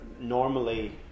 normally